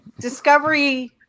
discovery